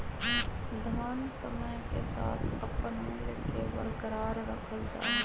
धन समय के साथ अपन मूल्य के बरकरार रखल जा हई